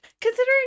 considering